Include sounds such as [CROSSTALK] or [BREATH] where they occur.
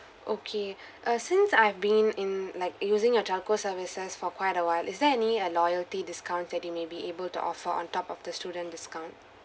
okay [BREATH] uh since I've been in like using your telco services for quite a while is there any uh loyalty discount that you may be able to offer on top of the student discount